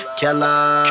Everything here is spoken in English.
killer